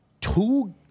Two